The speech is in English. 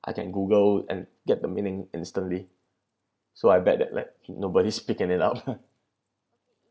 I can google and get the meaning instantly so I bet that like nobody's picking it out